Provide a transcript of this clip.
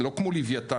לא כמו לוויתן.